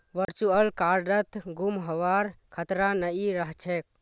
virtual कार्डत गुम हबार खतरा नइ रह छेक